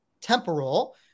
temporal